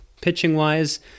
Pitching-wise